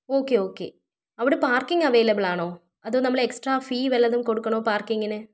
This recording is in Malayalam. ഓക്കേ ഓക്കേ അവിടെ പാർക്കിങ് അവൈലബിളാണോ അതോ നമ്മൾ എക്സ്ട്രാ ഫീ വല്ലതും കൊടുക്കണോ പാർക്കിങ്ങിന്